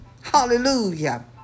Hallelujah